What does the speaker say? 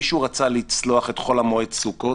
מישהו רצה לצלוח את חול המועד סוכות,